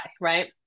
right